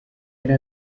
yari